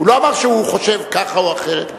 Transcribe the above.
הוא לא אמר שהוא חושב ככה או אחרת.